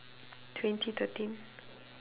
twenty thirteen